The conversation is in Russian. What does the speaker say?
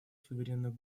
суверенных